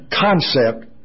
concept